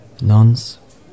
Nonsense